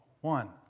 One